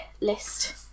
list